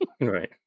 right